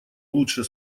лучше